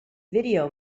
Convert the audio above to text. video